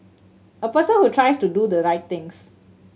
a person who tries to do the right things